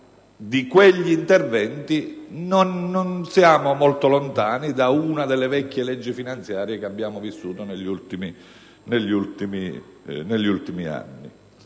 di quegli interventi, non siamo molto lontani dalle vecchie leggi finanziarie che abbiamo visto negli anni.